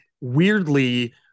weirdly